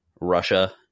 Russia